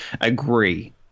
agree